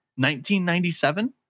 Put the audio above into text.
1997